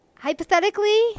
hypothetically